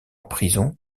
prison